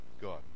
God